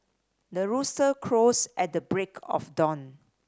the rooster crows at the break of dawn